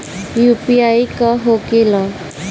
UPI का होके ला?